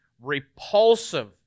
repulsive